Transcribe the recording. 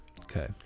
Okay